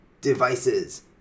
devices